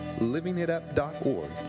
livingitup.org